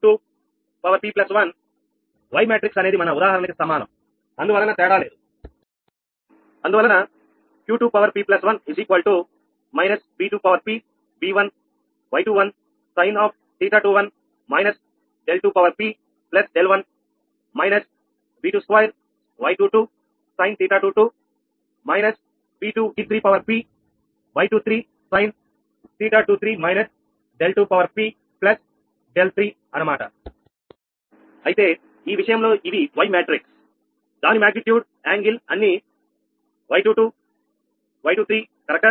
Y matrix అనేది మన ఉదాహరణకి సమానం అందువలన తేడా లేదు 𝑄2𝑝1−|𝑉2𝑝||𝑉1||𝑌21|sin𝜃21 𝛿2𝑝𝛿1−|𝑉2|2|𝑌22|sin𝜃22−|𝑉2||𝑉3𝑝|𝑌23|sin𝜃23 𝛿2𝑝𝛿3 అయితే ఈ విషయంలో లో ఇవి వై మ్యాట్రిక్స్ దాని మాగ్నిట్యూడ్ యాంగిల్ అన్ని Y22 Y22 Y23 అవునా